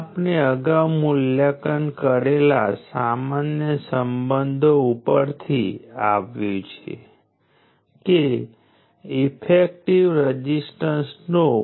આપણે જે પાવર વ્યાખ્યાયિત કરી છે તે રઝિસ્ટરને ડીલીવર થતો પાવર એલિમેન્ટને ડીલીવર થતો પાવર છે આ પેસિવ સાઇન કન્વેન્શનનું મહત્વ છે